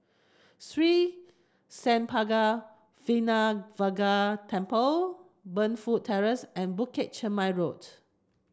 Sri Senpaga Vinayagar Temple Burnfoot Terrace and Bukit Chermin Road